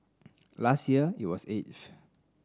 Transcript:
last year it was eighth